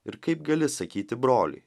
ir kaip gali sakyti broliui